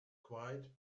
quiet